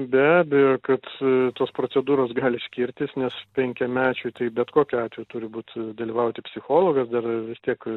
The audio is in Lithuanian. be abejo kad tos procedūros gali skirtis nes penkiamečiui tai bet kokiu atveju turi būt dalyvauti psichologas dar vis tiek